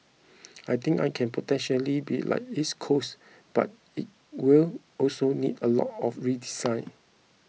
I think I can potentially be like East Coast but it will also need a lot of redesign